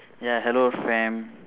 yeah hello fam